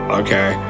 okay